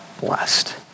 blessed